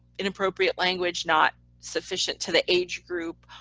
inappropriate language not sufficient to the age group,